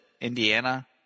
Indiana